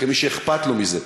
כמי שאכפת לו מזה,